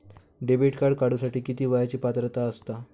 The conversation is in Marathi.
डेबिट कार्ड काढूसाठी किती वयाची पात्रता असतात?